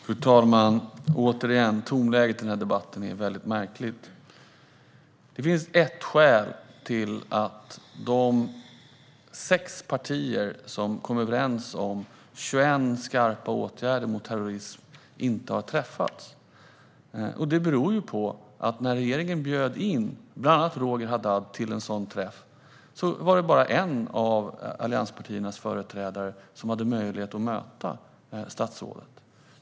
Fru talman! Återigen: Tonläget i den här debatten är väldigt märkligt. Det finns ett skäl till att de sex partier som kom överens om 21 skarpa åtgärder mot terrorism inte har träffats. Det är att när regeringen bjöd in bland annat Roger Haddad till en sådan träff var det bara en av allianspartiernas företrädare som hade möjlighet att möta statsrådet.